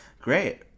Great